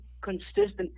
consistent